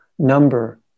number